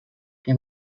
que